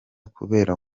kubera